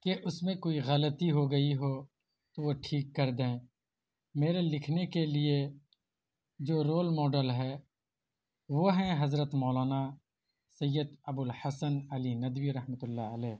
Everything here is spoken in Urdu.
کہ اس میں کوئی غلطی ہو گئی ہو تو وہ ٹھیک کر دیں میرے لکھنے کے لیے جو رول ماڈل ہے وہ ہیں حضرت مولانا سید ابوالحسن علی ندوی رحمۃ اللہ علیہ